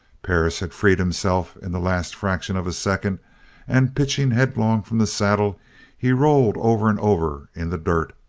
perris had freed himself in the last fraction of a second and pitching headlong from the saddle he rolled over and over in the dirt,